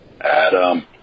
Adam